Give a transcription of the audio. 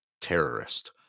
terrorist